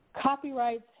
copyrights